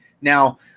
now